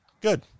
Good